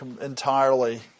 entirely